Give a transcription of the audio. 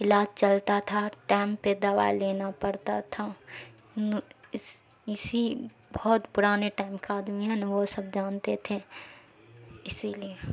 علاج چلتا تھا ٹائم پہ دوا لینا پڑتا تھا اسی بہت پرانے ٹائم کا آدمی ہے نا وہ سب جانتے تھے اسی لیے